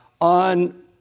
on